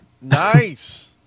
Nice